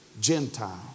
Gentile